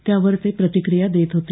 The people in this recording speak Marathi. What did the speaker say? त्यावर ते प्रतिक्रिया देत होते